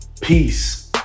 Peace